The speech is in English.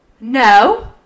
No